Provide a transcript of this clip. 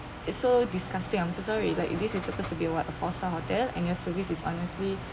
it's so disgusting I'm so sorry if like this is the first to be what a four star hotel and your service is honestly